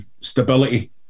stability